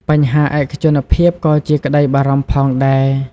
បញ្ហាឯកជនភាពក៏ជាក្ដីបារម្ភផងដែរ។